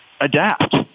adapt